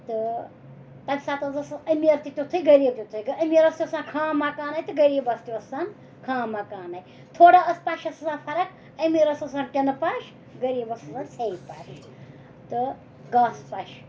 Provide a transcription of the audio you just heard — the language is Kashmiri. تہٕ تَمہِ ساتہٕ حظ ٲس أمیٖر تہِ تِتھُے غریٖب تِتھُے أمیٖرَس تہِ اوس آسان خام مَکانے تہٕ غریٖبَس تہِ اوس آسان خام مَکانے تھوڑا ٲس پَشَس آسان فرق أمیٖرس اوس آسان ٹِنہٕ پَش غریٖبَس اوس آسان ژھیٚیہِ پَش تہٕ گاسہٕ پَش